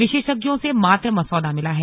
विशेषज्ञों से मात्र मसौदा मिला है